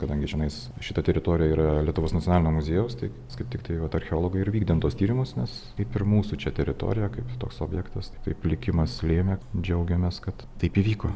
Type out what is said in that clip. kadangi čionais šita teritorija yra lietuvos nacionalinio muziejaus tai mes kaip tik tai vat archeologai ir vykdom tuos tyrimus nes kaip ir mūsų čia teritorija kaip toks objektas tai taip likimas lėmė džiaugiamės kad taip įvyko